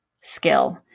skill